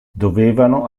dovevano